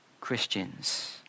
Christians